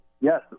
Yes